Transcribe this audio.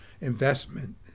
Investment